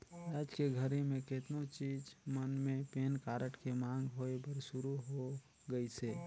आयज के घरी मे केतनो चीच मन मे पेन कारड के मांग होय बर सुरू हो गइसे